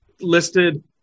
listed